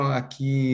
aqui